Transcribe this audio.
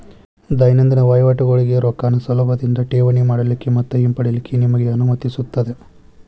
ದೈನಂದಿನ ವಹಿವಾಟಗೋಳಿಗೆ ರೊಕ್ಕಾನ ಸುಲಭದಿಂದಾ ಠೇವಣಿ ಮಾಡಲಿಕ್ಕೆ ಮತ್ತ ಹಿಂಪಡಿಲಿಕ್ಕೆ ನಿಮಗೆ ಅನುಮತಿಸುತ್ತದೆ